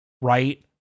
right